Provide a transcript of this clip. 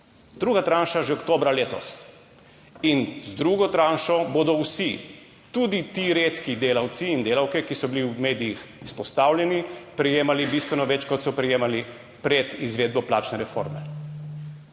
Druga tranša že oktobra letos. In z drugo tranšo bodo vsi, tudi ti redki delavci in delavke, ki so bili v medijih izpostavljeni, prejemali bistveno več, kot so prejemali pred izvedbo plačne reforme.